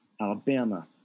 Alabama